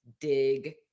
dig